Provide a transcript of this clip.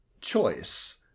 choice